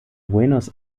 buenos